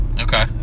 Okay